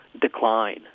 decline